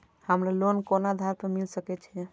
हमरा लोन कोन आधार पर मिल सके छे?